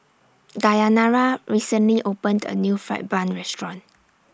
Dayanara recently opened A New Fried Bun Restaurant